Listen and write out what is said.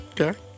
Okay